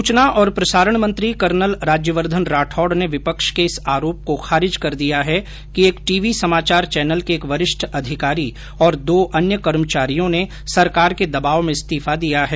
सूचना और प्रसारण मंत्री कर्नल राज्यवर्धन राठौड़ ने विपक्ष के इस आरोप को खारिज कर दिया है कि एक टीवी समाचार चैनल के एक वरिष्ठ अधिकारी और दो अन्य कर्मचारियों ने सरकार के दबाव में इस्तीफा दिया है